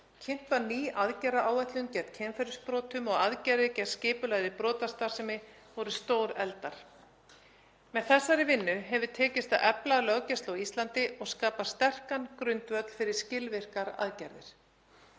Kynnt var ný aðgerðaáætlun gegn kynferðisbrotum og aðgerðir gegn skipulagðri brotastarfsemi voru stórefldar. Með þessari vinnu hefur tekist að efla löggæslu á Íslandi og skapa sterkan grundvöll fyrir skilvirkar aðgerðir.